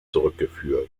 zurückgeführt